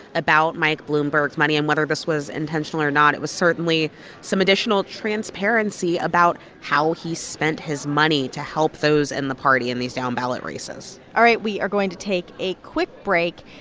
about mike bloomberg's money and whether this was intentional or not, not, it was certainly some additional transparency about how he spent his money to help those in the party in these down-ballot races all right. we are going to take a quick break.